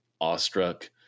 awestruck